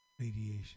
radiation